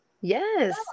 Yes